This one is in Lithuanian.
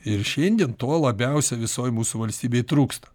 ir šiandien to labiausiai visoj mūsų valstybėj trūksta